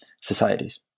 societies